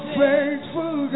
faithful